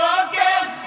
again